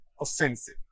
offensive